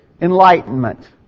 enlightenment